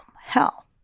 hell